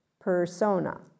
persona